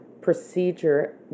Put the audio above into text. procedure